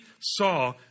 saw